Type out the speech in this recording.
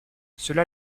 cela